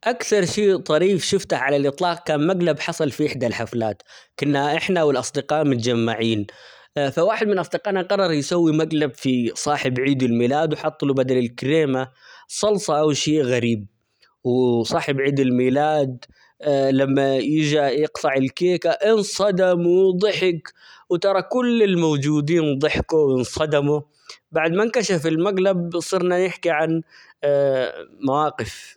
أكثر شيء طريف شفته على الإطلاق كان مقلب حصل في إحدى الحفلات كنا احنا ،والأصدقاء متجمعين فواحد من اصدقائنا قرر يسوي مقلب في صاحب عيد الميلاد وحط له بدل الكريمة صلصة أو شيء غريب -و-وصاحب عيد الميلاد لما يجى يقطع الكيكة انصدم و ضحك وترى كل الموجودين ضحكوا وانصدموا بعدما انكشف المقلب صرنا نحكي عن مواقف.